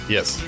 Yes